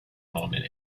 moment